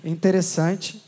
Interessante